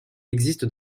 existe